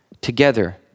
together